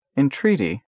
Entreaty